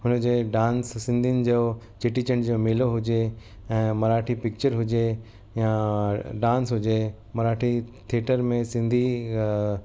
हुन जे डांस सिंधीयुन जो चेटी चण्ड जो मेलो हुजे ऐं मराठी पिक्चर हुजे या डांस हुजे मराठी थिएटर में सिंधी